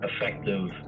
effective